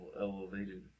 Elevated